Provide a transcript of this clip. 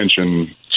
attention